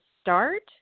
start